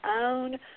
own